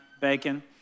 bacon